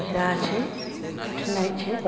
भिराह छै कठिनाइ छै